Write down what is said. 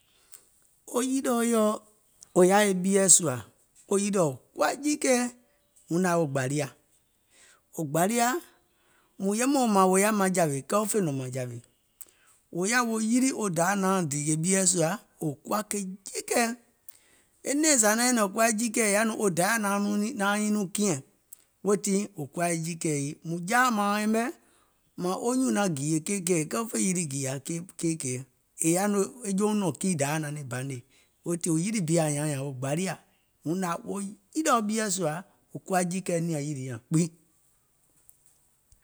Wo yilìɔ wò yaȧ e ɓieɛ̀ sùȧ wo yilìɔ kuwa jiikɛ̀ɛ, wuŋ nȧŋ yaȧ wo gbàliȧ, wo gbȧliȧ, mùŋ yɛmɛ̀um mȧȧŋ wò yaȧ maŋjàwè kɛɛ wo fè nɔ̀ŋ mȧŋjȧwè, wò yaȧ wo yilì wo Dayà nauŋ dììyè ɓieɛ̀ sùȧ wò kuwa ke jiikɛ̀ɛ. E nɛ̀ɛ̀ŋ zȧ naŋ nyɛ̀nɛ̀ŋ wò kuwa jiikɛ̀ɛ è yaȧ nɔŋ wo Dayà nauŋ nyiŋ nɔŋ kiɛ̀ŋ. Weètii wò kuwa yɛi jiikɛ̀ɛ yii, mùŋ jaà mauŋ yɛmɛ̀ mȧȧŋ wo nyùùŋ naŋ gììyè keì kɛ̀ɛ, kɛɛ wo fè yilì gììyȧ keì kɛ̀ɛ, è yaȧ nɔŋ e jouŋ nɔ̀ŋ kii wo Dayà naŋ niŋ banè. Weètii wo yilì bi ȧŋ nyȧuŋ nyȧȧŋ wo gbàliȧ, wuŋ nȧŋ yaȧ wo yilìɔ bieɛ̀ sùȧ wò kuwa jiikɛ̀ɛ e nìȧŋ aŋ yìlì nyaŋs gbiŋ.